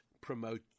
promote